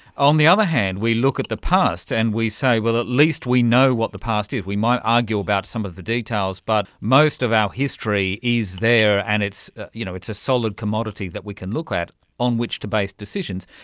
on the other hand, we look at the past and we say, well, at least we know what the past did. we might argue about some of the details, but most of our history is there and it's you know it's a solid commodity that we can look at on which to base decisions.